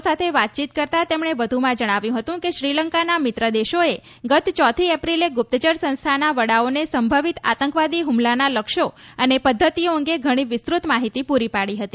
કોલંબોમાં પત્રકારો સાથે વાતચીત કરતા તેમણે વધુમાં જણાવ્યું હતું કે શ્રીલંકાના મિત્ર દેશોએ ગત ચોથી એપ્રિલે ગુપ્તચર સંસ્થાના વડાઓને સંભંવીત આતંકવાદી હુમલાના લક્ષ્યો અને પદ્વતિઓ અંગે ઘણી વિસ્તૃત માહિતી પૂરી પાડી હતી